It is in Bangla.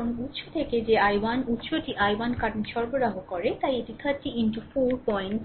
কারণ উত্স থেকে যে i 1 উত্সটি i 1 কারেন্ট সরবরাহ করে তাই এটি 30 4 পয়েন্ট